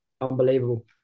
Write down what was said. Unbelievable